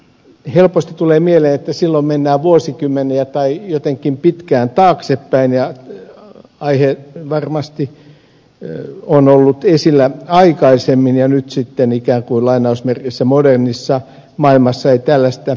helposti tulee mieleen että silloin mennään vuosikymmeniä tai jotenkin pitkään taaksepäin ja varmasti aihe on ollut esillä aikaisemmin ja nyt sitten ikään kuin lainausmerkeissä modernissa maailmassa ei tällaista ole